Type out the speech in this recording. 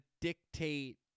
dictate